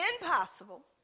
impossible